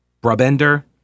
Brabender